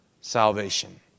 salvation